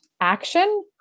action